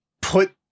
put